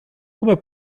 come